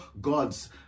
gods